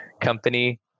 company